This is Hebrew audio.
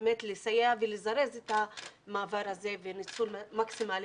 לסייע ולזרז את המעבר הזה עם ניצול מקסימלי